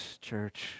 church